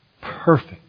perfect